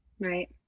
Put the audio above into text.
Right